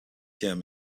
him